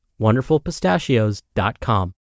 wonderfulpistachios.com